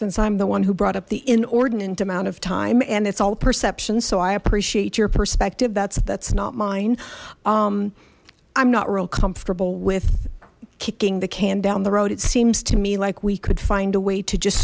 since i'm the one who brought up the inordinate amount of time and it's all perception so i appreciate your perspective that's that's not mine i'm not real comfortable with kicking the can down the road it seems to me like we could find a way to just